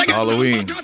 Halloween